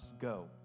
go